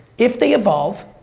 if they evolve,